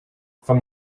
from